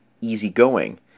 easy-going